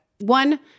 One